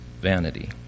vanity